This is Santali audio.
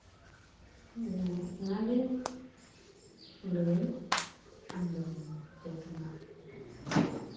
ᱚᱱᱟᱜᱤᱧ ᱞᱟᱹᱭ ᱟᱸᱡᱚᱢ ᱟᱯᱮ ᱠᱟᱱᱟ